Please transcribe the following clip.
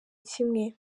kimwe